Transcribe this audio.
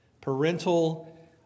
Parental